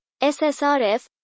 SSRF